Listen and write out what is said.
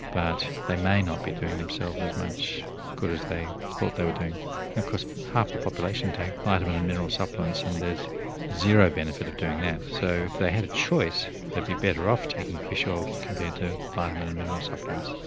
but they may not be doing themselves as much good as they thought they were doing. and of course half the population take vitamin and mineral supplements and there's zero benefit of doing that so if they had a choice they'd be better off taking fish oil compared to vitamin and mineral supplements.